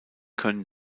können